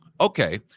Okay